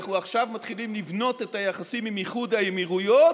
אנחנו עכשיו מתחילים לבנות את היחסים עם איחוד האמירויות,